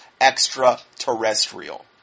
extraterrestrial